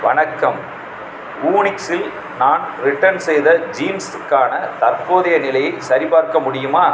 வணக்கம் வூனிக்ஸில் நான் ரிட்டர்ன் செய்த ஜீன்ஸுக்கான தற்போதைய நிலையை சரிபார்க்க முடியுமா